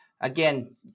Again